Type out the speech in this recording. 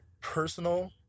personal